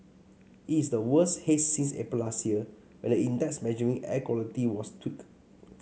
it is the worst haze since April last year when the index measuring air quality was tweaked